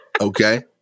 Okay